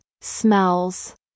smells